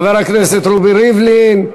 חבר הכנסת רובי ריבלין,